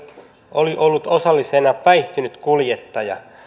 oli ollut osallisena päihtynyt kuljettaja